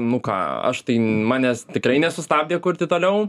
nu ką aš tai manęs tikrai nesustabdė kurti toliau